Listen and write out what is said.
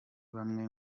bamwe